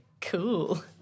Cool